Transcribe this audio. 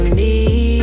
need